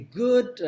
good